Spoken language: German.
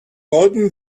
orden